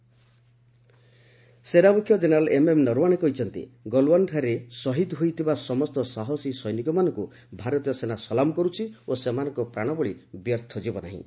ସେନାମୁଖ୍ୟ ସେନାମୁଖ୍ୟ ଜେନେରାଲ ଏମ୍ଏମ୍ନରଓ୍ପଣେ କହିଚ୍ଚନ୍ତି ଗଲଓ୍ନାନଠାରେ ସହିଦ ହୋଇଥିବା ସମସ୍ତ ସାହସୀ ସୈନିକମାନଙ୍କୁ ଭାରତୀୟ ସେନା ସଲାମ କରୁଛି ଓ ସେମାନଙ୍କ ପ୍ରାଣବଳି ବ୍ୟର୍ଥ ଯିବନାହିଁ